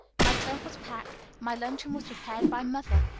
my trunk was packed, my luncheon was prepared by mother,